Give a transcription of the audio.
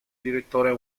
direttore